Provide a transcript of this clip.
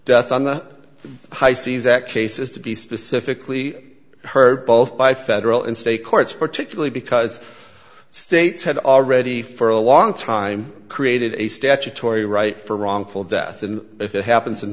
death on the high seas act cases to be specifically heard both by federal and state courts particularly because states had already for a long time created a statutory right for wrongful death and if it happens in